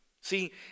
See